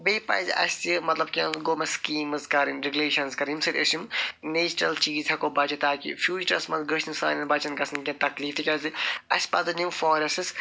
بیٚیہِ پَزِ اَسہِ مطلب کینٛہہ گورمٮ۪نٛٹ سکیٖمز کَرٕنۍ رِلیشَنٕز کَرٕنۍ ییٚمہِ سۭتۍ أسۍ یِم نیچرل چیٖز ہٮ۪کو بچہِ تاکہِ فیوٗچرَس مَنٛز گٔژھۍ نہٕ سانٮ۪ن بَچَن گَژھٕنۍ کینٛہہ تَکلیٖف تکیازِ اَسہِ پَزَن یِم فارٮ۪سٹٕز